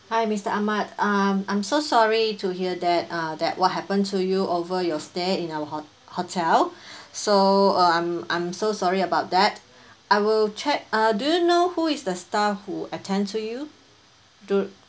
hi mister Ahmad um I'm so sorry to hear that uh that what happened to you over your stay in our hot~ hotel so uh I'm~ I'm so sorry about that I will check uh do you know who is the staff who attend to you do